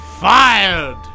fired